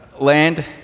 Land